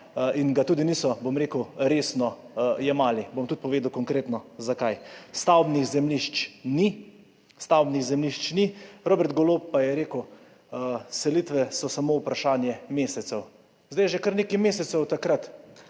in ga tudi niso, bom rekel, resno jemali. Bom tudi povedal konkretno, zakaj. Stavbnih zemljišč ni. Stavbnih zemljišč ni, Robert Golob pa je rekel, selitve so samo vprašanje mesecev. Zdaj je že kar nekaj mesecev od takrat.